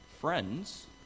friends